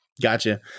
Gotcha